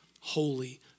holy